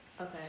okay